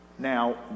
Now